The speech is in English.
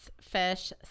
fish